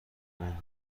اون